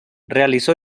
realizó